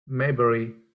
maybury